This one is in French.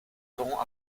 serons